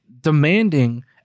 Demanding